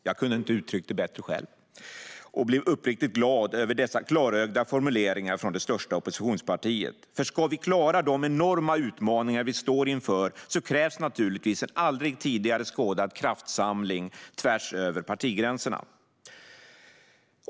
Jag kunde inte ha uttryckt det bättre själv och blev uppriktigt glad över dessa klarögda formuleringar från det största oppositionspartiet, för ska vi klara de enorma utmaningar vi står inför krävs naturligtvis en aldrig tidigare skådad kraftsamling tvärs över partigränserna.